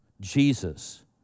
Jesus